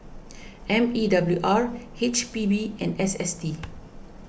M E W R H P B and S S T